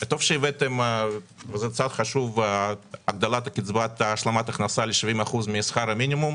טוב שהבאתם את הגדלת קצבת השלמת הכנסה ל-70% משכר המינימום,